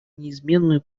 неизменную